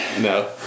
No